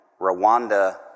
Rwanda